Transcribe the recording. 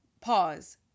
pause